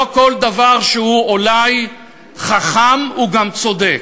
לא כל דבר שהוא אולי חכם הוא גם צודק.